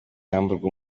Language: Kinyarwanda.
yamburwa